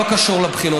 לא קשור לבחינות.